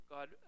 God